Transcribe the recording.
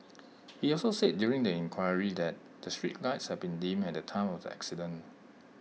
he also said during the inquiry that the street lights had been dim at the time of the accident